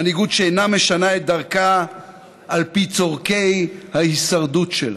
מנהיגות שאינה משנה את דרכה על פי צורכי ההישרדות שלה.